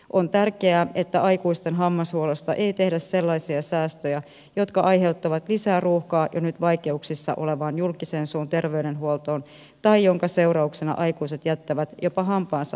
on tärkeää että aikuisten hammashuollosta ei tehdä sellaisia säästöjä jotka aiheuttavat lisää ruuhkaa jo nyt vaikeuksissa olevaan julkiseen suun terveydenhuoltoon tai jonka seurauksena aikuiset jättävät jopa hampaansa hoitamatta